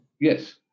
Yes